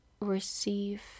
receive